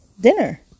dinner